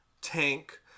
tank